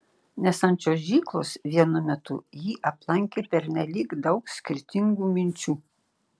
nes ant čiuožyklos vienu metu jį aplankė pernelyg daug skirtingų minčių